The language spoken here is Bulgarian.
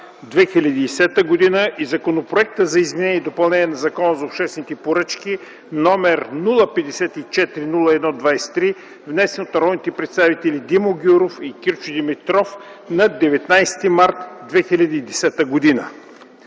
2010 г. и Законопроект за изменение и допълнение на Закона за обществените поръчки, № 054-01-23, внесен от народните представители Димо Гяуров и Кирчо Димитров на 19 март 2010 г.